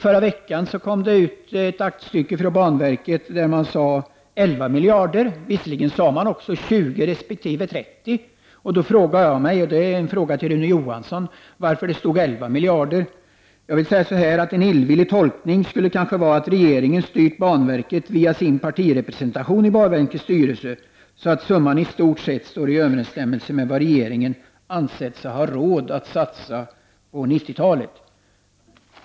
I förra veckan kom det ett aktstycke från banverket, där man sade att det var fråga om 11 miljarder, men man sade visserligen också att det var fråga om 20 resp. 30 miljarder. Jag vill då fråga Rune Johansson: Varför stod det 11 miljarder kronor? En illvillig tolkning skulle kanske vara att regeringen styrt banverket via sin partirepresentation i banverkets styrelse, så att summan i stort sett står i överensstämmelse med vad regeringen ansett sig ha råd att satsa under 90 talet.